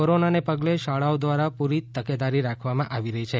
કોરોનાને પગલે શાળાઓ દ્વારા પૂરી તકેદારી રાખવામાં આવી રહી છે